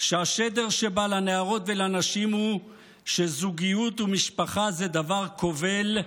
שהשדר שבה לנערות ולנשים הוא שזוגיות ומשפחה זה דבר כובל,